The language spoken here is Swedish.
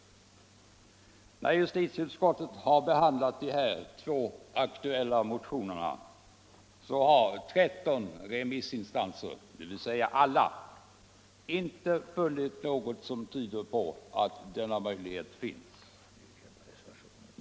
När justitieutskottet har behandlat de två nu aktuella motionerna har ingen av de 13 remissinstanserna funnit något som tyder på att sådan möjlighet finns.